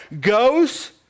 Goes